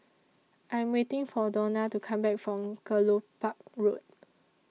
I Am waiting For Dawna to Come Back from Kelopak Road